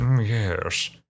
yes